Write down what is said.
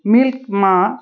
milk মা